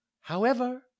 However